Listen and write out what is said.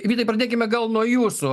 vytai pradėkime gal nuo jūsų